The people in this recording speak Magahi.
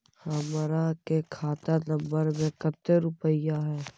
हमार के खाता नंबर में कते रूपैया है?